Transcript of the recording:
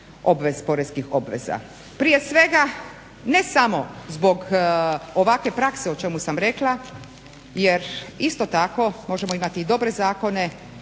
poreskih obveza? Prije svega, ne samo zbog ovakve prakse o čemu sam rekla jer isto tako možemo imati i dobre zakone